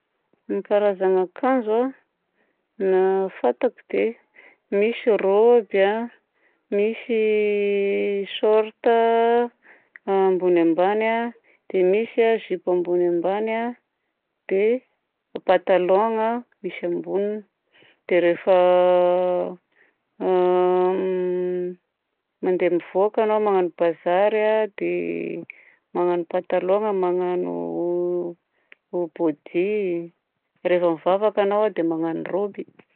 Ny karazagna akanjo a na fantako dia misy rôby a, misy short ambony ambany a, dia misy a zipo ambony ambany a, dia patalôgna misy amboniny. Dia rehefa mandeha mivoaka anao magnano bazary a dia magnano patalôgna, magnano body; rehefa mivavaka anao dia magnano rôby.